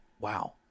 wow